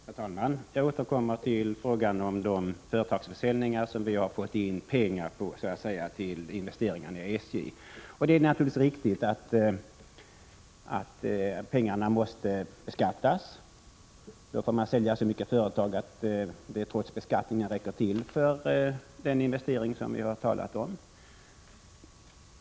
Herr talman! Jag återkommer till frågan om de företagsförsäljningar som vi så att säga har fått in pengar på för de investeringar i SJ som vi föreslagit. Det är naturligtvis riktigt att pengarna måste beskattas. Då får man sälja så många företag att pengarna trots beskattningen räcker till för de investeringar som vi talat om.